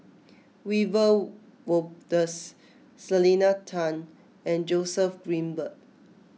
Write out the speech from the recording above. Wiebe Wolters Selena Tan and Joseph Grimberg